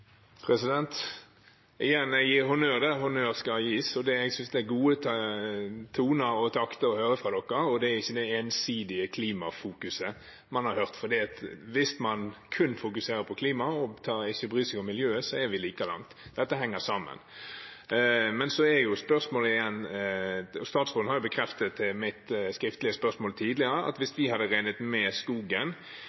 Igjen – jeg gir honnør der honnør skal gis. Jeg synes det er gode toner og takter å høre fra regjeringen, og det er ikke det ensidige klimafokuset man har hørt. Hvis man kun fokuserer på klima og ikke bryr seg om miljøet, er vi like langt. Det henger sammen. Men så er spørsmålet igjen, og statsråden har bekreftet det på mitt skriftlige spørsmål tidligere, at hvis